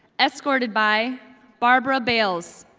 escorted by barba bales,